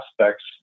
aspects